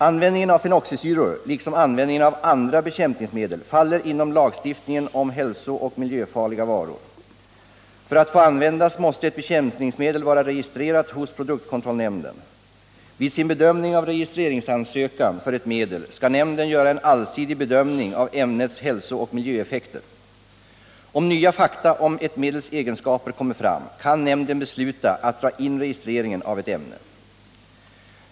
Användningen av fenoxisyror liksom användningen av andra bekämpningsmedel faller inom lagstiftningen om hälsooch miljöfarliga varor. För att få användas måste ett bekämpningsmedel vara registrerat hos produktkontrollnämnden. Vid sin bedömning av registreringsansökan för ett medel skall nämnden göra en allsidig bedömning av ämnets hälsooch miljöeffek ter. Om nya fakta om ett medels egenskaper kommer fram kan nämnden besluta att dra in registreringen av ett ämne.